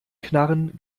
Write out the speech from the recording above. knarren